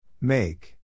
Make